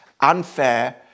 unfair